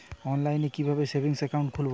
অনলাইনে কিভাবে savings account খুলবো?